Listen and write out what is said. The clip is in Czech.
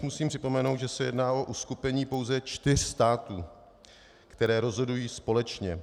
Rovněž musím připomenout, že se jedná o uskupení pouze čtyř států, které rozhodují společně.